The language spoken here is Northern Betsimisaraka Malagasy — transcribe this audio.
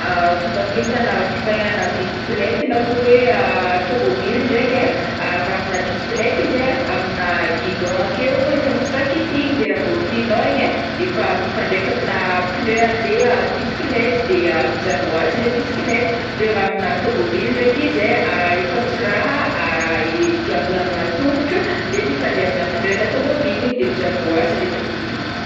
Fomba fiasana frein-ana biskleta na koa ai tomobily ndraiky ai, raha aminà biskleta izy ai aminà guidon akeo efa misy raha kitihiny de raha vao kitihinao igny ai efa mifandraika aminà pneu an'le biskleta de mijanogno ho azy le biskleta de raha aminà tomobily ndraiky izy ai efa misy raha diavina aminà tongotro de mifandray aminà pneu ana tomobily de mijanona ho azy le tomobily.